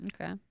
Okay